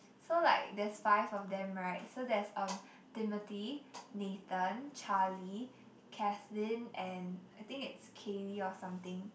so like there's five of them right so there's um Timothy Nathan Charlie Kathleen and I think it's Kaely or something